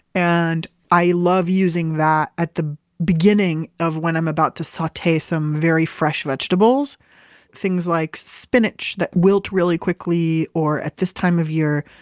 and i love using that at the beginning of when i'm about to saute some very fresh vegetables, so things like spinach that wilt really quickly, or at this time of year,